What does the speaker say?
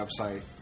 website